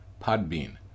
Podbean